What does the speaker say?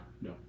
No